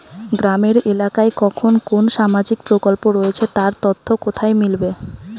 গ্রামের এলাকায় কখন কোন সামাজিক প্রকল্প রয়েছে তার তথ্য কোথায় মিলবে?